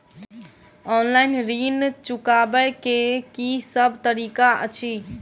Online ऋण चुकाबै केँ की सब तरीका अछि?